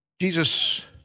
Jesus